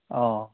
অঁ